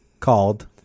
Called